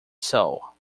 soul